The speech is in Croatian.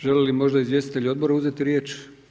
Žele li možda izvjestitelji odbora uzeti riječ?